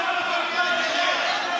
בושה וחרפה.